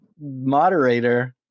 moderator